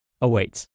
awaits